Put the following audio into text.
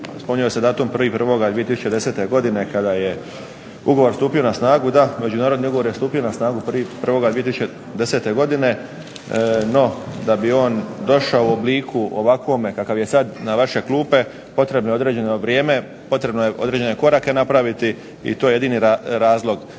Spominje se datum 1.1.2010. godine kada je ugovor stupio na snagu. Da, međunarodni ugovor je stupio na snagu 1.1.2010. godine. No, da bi on došao u obliku ovakvome kakav je sad na vaše klupe potrebno je određeno vrijeme, potrebno je određene korake napraviti i to je jedini razlog